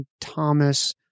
Thomas